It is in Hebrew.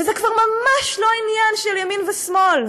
וזה כבר ממש לא עניין של ימין ושמאל,